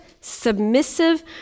submissive